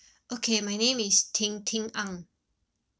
okay my name is ting ting ang